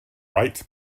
rights